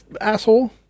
Asshole